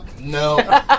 no